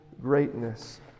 greatness